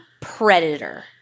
predator